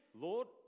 Lord